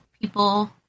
people